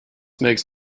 makes